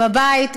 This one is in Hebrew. בבית,